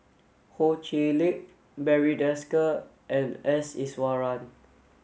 Ho Chee Lick Barry Desker and S Iswaran